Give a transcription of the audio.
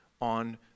on